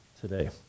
today